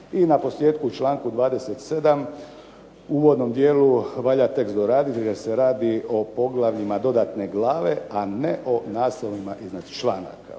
I naposljetku u članku 27. uvodnom dijelu valja tekst doraditi jer se radi o poglavljima dodatne glave, a ne o naslovima iznad članaka.